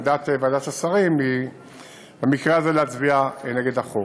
עמדת ועדת השרים היא במקרה הזה להצביע נגד החוק.